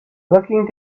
looking